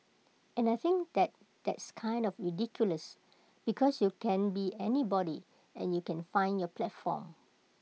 and I think that that's kind of ridiculous because you can be anybody and you can find your platform